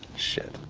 shit.